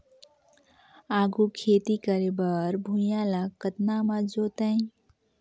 आघु खेती करे बर भुइयां ल कतना म जोतेयं?